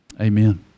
Amen